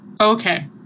Okay